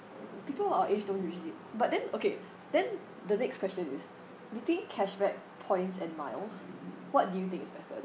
people our age don't usually but then ok then the next question is between cashback points and miles what do you think is better